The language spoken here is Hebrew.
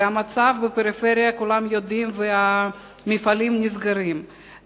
וכולם יודעים שבפריפריה מפעלים נסגרים,